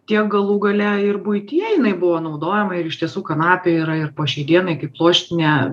tiek galų gale ir buityje jinai buvo naudojama ir iš tiesų kanapė yra ir po šiai dienai kaip pluoštinė